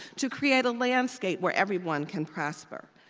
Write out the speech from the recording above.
to create a landscape where everyone can prosper.